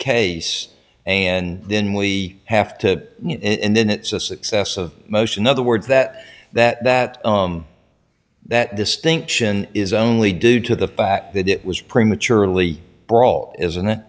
case and then we have to in then it's a success of motion other words that that that that distinction is only due to the fact that it was prematurely brought isn't it